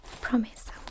promise